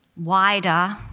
wider,